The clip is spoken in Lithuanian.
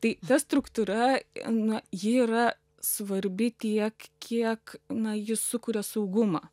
tai ta struktūra na ji yra svarbi tiek kiek na jis sukuria saugumą